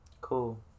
Cool